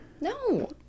No